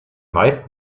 meisten